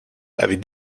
avait